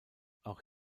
auch